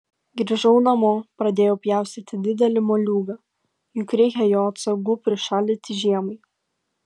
grįžau namo pradėjau pjaustyti didelį moliūgą juk reikia jo atsargų prišaldyti žiemai